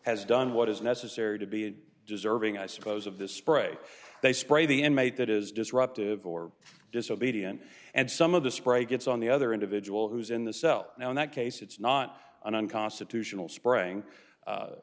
has done what is necessary to be a deserving i suppose of the spray they spray the end mate that is disruptive or disobedient and some of the spray gets on the other individual who is in the cell now in that case it's not unconstitutional spraying